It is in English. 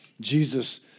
Jesus